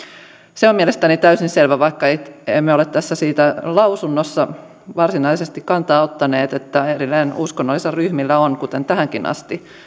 se on mielestäni täysin selvä vaikka emme ole tässä lausunnossa siihen varsinaisesti kantaa ottaneet että edelleen uskonnollisilla ryhmillä on kuten tähänkin asti